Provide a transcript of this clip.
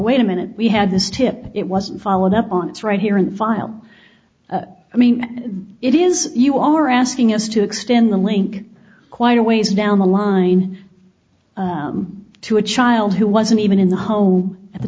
wait a minute we had this tip it wasn't followed up on it's right here in the file i mean it is you are asking us to extend the link quite a ways down the line to a child who wasn't even in the home at the